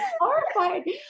horrified